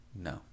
No